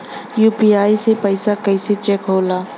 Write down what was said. UPI से पैसा कैसे चेक होला?